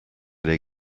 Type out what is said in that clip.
they